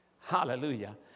Hallelujah